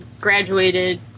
graduated